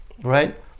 Right